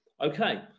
Okay